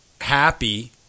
happy